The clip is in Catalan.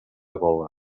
gola